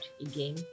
again